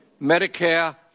Medicare